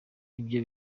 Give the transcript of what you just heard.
ibyo